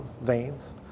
veins